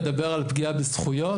לדבר על פגיעה בזכויות.